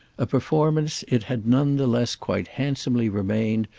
a performance it had none the less quite handsomely remained,